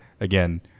again